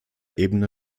ebene